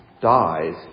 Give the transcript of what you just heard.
dies